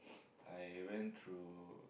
I went through